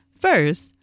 First